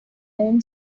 own